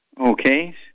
Okay